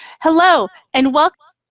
hello and welcome.